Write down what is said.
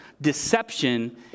Deception